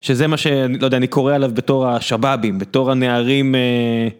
שזה מה שאני לא יודע, אני קורא עליו בתור השבאבים, בתור הנערים.